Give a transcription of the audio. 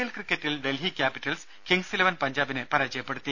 L ക്രിക്കറ്റിൽ Delhi Capitals Kings Eleven പഞ്ചാബിനെ പരാജയപ്പെടുത്തി